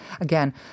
again